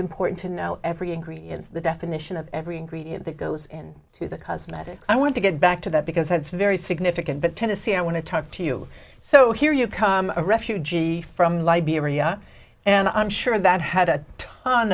important to know every ingredients the definition of every ingredient that goes in to the cosmetics i want to get back to that because it's very significant but tennessee i want to talk to you so here you come a refugee from liberia and i'm sure that had a ton